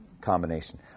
combination